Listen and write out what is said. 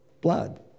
blood